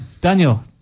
Daniel